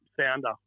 founder